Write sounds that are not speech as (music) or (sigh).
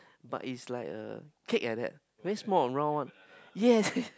but it's like a cake like that very small round one yes (laughs)